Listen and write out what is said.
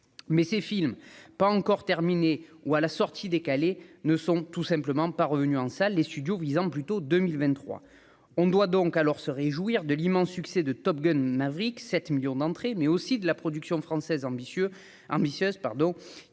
mais ces films pas encore terminés ou à la sortie décalée ne sont tout simplement pas revenue en salles, les studios visant plutôt 2023, on doit donc alors se réjouir de l'immense succès de Top Gun Maverick 7 millions d'entrées, mais aussi de la production française ambitieux